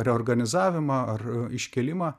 reorganizavimą ar iškėlimą